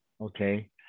okay